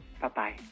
Bye-bye